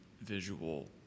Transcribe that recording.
visual